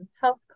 health